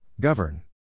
Govern